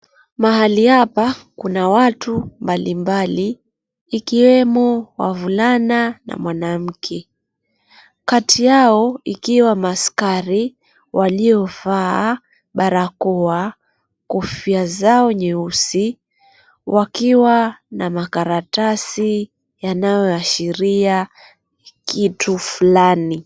Mahali hapa kuna watu mbalimbali ikiwemo wavulana na mwanamke kati yao ikiwa maaskari waliovaa barakoa, kofia zao nyeusi wakiwa na makaratasi yanayoashiria kitu fulani.